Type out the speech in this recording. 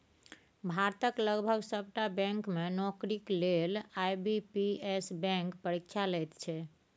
भारतक लगभग सभटा बैंक मे नौकरीक लेल आई.बी.पी.एस बैंक परीक्षा लैत छै